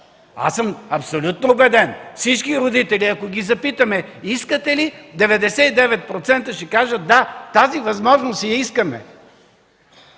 Аз съм абсолютно убеден, всички родители, ако ги запитаме, 99% ще кажат: „Да, тази възможност я искаме.”